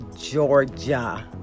Georgia